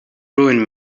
ruin